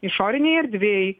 išorinėj erdvėj